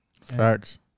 Facts